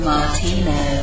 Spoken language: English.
Martino